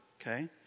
okay